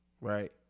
Right